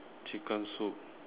chicken soup